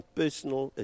personal